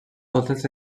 totes